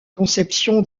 conception